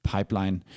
Pipeline